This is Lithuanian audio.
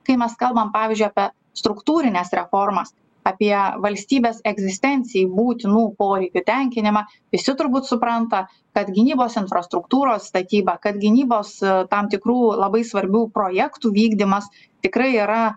kai mes kalbam pavyzdžiui apie struktūrines reformas apie valstybės egzistencijai būtinų poreikių tenkinimą visi turbūt supranta kad gynybos infrastruktūros statyba kad gynybos tam tikrų labai svarbių projektų vykdymas tikrai yra